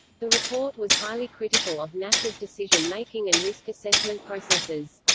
the report was highly critical of nasa's decision-making and risk-assessment processes.